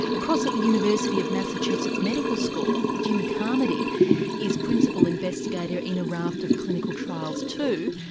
across at the university of massachusetts medical school, jim carmody is principal investigator in a raft of clinical trials too,